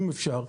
אם אפשר,